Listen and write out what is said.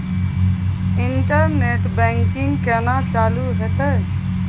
Internet banking केना चालू हेते?